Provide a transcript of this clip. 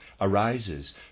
arises